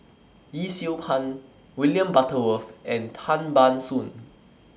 Yee Siew Pun William Butterworth and Tan Ban Soon